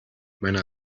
meine